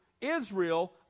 Israel